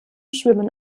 schwimmen